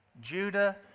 Judah